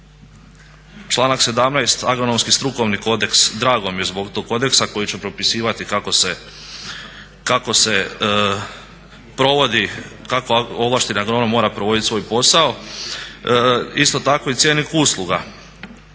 članak 17., agronomski strukovni kodeks, drago mi je zbog tog kodeksa koji će propisivati kako se provodi, kako ovlašteni agronom mora provoditi svoj posao. Isto tako i cjenik usluga,